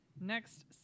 next